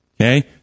Okay